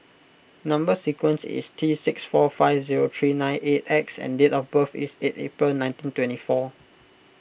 Number Sequence is T six four five zero three nine eight X and date of birth is eight April nineteen twenty four